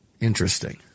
Interesting